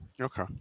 Okay